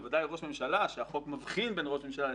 בוודאי ראש ממשלה שהחוק מבחין בין ראש ממשלה לשרים.